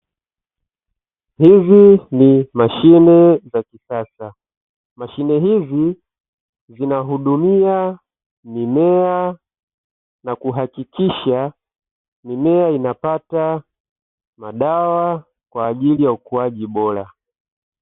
Hizi ni mashine za kisasa, mashine hizi zinahudumia mimea na kuhakikisha mimea inapata madawa kwa ajili ya ukuaji bora.